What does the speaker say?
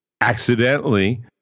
accidentally